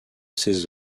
ses